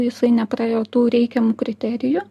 jisai nepraėjo tų reikiamų kriterijų